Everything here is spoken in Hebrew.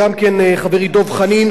גם כן חברי דב חנין,